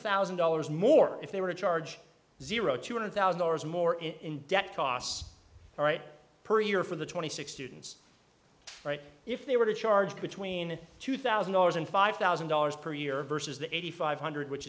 thousand dollars more if they were to charge zero two hundred thousand dollars more in debt costs all right per year for the twenty six students right if they were to charge between two thousand dollars and five thousand dollars per year versus the eighty five hundred which